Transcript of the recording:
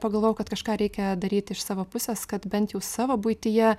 pagalvojau kad kažką reikia daryti iš savo pusės kad bent jau savo buityje